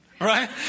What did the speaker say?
Right